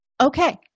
Okay